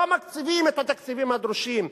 לא מקציבים את התקציבים הדרושים.